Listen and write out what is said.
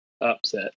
Upset